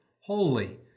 holy